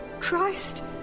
Christ